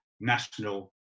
national